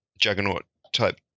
juggernaut-type